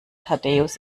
thaddäus